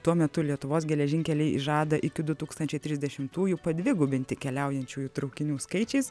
tuo metu lietuvos geležinkeliai žada iki du tūkstančiai trisdešimtųjų padvigubinti keliaujančiųjų traukinių skaičiais